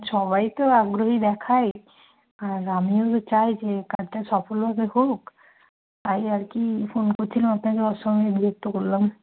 সবাই তো আগ্রহী দেখায় আর আমিও তো চাই যে কাজটা সফলভাবে হোক তাই আর কি ফোন করছিলাম আপনাকে অসময়ে বিরক্ত করলাম